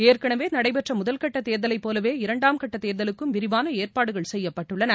ஏற்கனவே நடைபெற்ற முதல்கட்ட தேர்தலை போலவே இரண்டாம்கட்ட தேர்தலுக்கும் விரிவாள ஏற்பாடுகள் செய்யப்பட்டுள்ளன